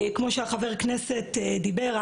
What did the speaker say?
כמו שאמר חבר כנסת עלי,